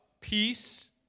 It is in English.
Peace